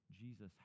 Jesus